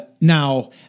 Now